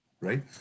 right